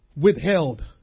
withheld